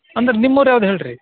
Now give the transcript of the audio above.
ಅಂದರೆ ನಿಮ್ಮ ಊರ್ ಯಾವ್ದು ಹೇಳಿ ರೀ